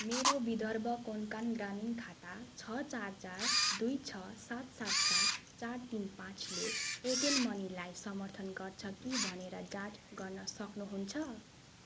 मेरो विदर्भ कोङ्कण ग्रामीण खाता छ चार चार दुई छ सात सात सात चार तिन पाँचले एयरटेल मनीलाई समर्थन गर्छ कि भनेर जाँच गर्न सक्नुहुन्छ